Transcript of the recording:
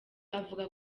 avuga